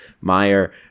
Meyer